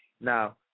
Now